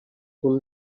punt